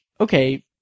okay